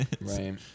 right